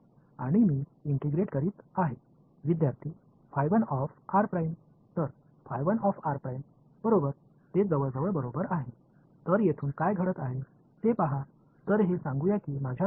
எனக்கு ஒரு டெல்டா செயல்பாடு உள்ளது அது மற்றொரு செயல்பாட்டால் பெருக்கப்படுகிறதுமேலும் அதை நான் ஒருங்கிணைக்கிறேன்